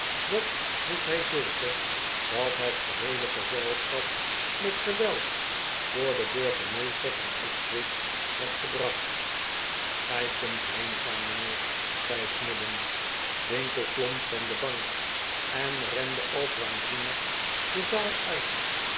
dat wist hij zeker dat het geheele gezelschap met geweld voor den burgemeester van ipswich was gebracht gij kunt heengaan mijnheer zei snubbin winkle klom van de bank en rende als waanzinnig de zaal uit